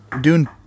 Dune